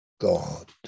God